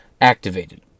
Activated